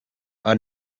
are